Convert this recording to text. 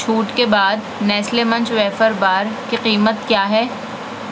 چُھوٹ کے بعد Nestle Munch wafer bar کی قیمت کیا ہے